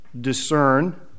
discern